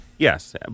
Yes